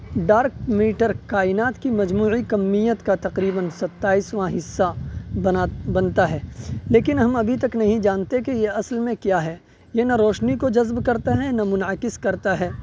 dark matter کائنات کی مجموعی کمیت کا تقریباً ستائیسواں حصہ بناتا بنتا ہے لیکن ہم ابھی تک نہیں جانتے کہ یہ اصل میں کیا ہے یہ نہ روشنی کو جذب کرتے ہیں نہ منعکس کرتا ہے